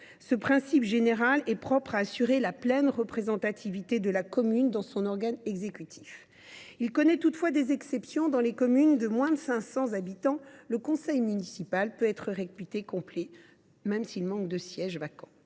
Ce principe général est propre à assurer la pleine représentativité de la commune dans son organe exécutif. Il connaît toutefois des exceptions : dans les communes de moins de 500 habitants, le conseil municipal est ainsi « réputé complet » même si deux sièges sont vacants.